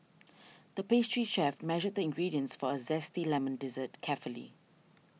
the pastry chef measured the ingredients for a Zesty Lemon Dessert carefully